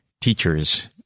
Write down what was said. teachers